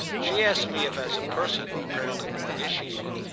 she asked me if, as a person apparently more initiated,